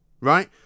right